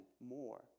more